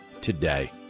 today